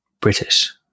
British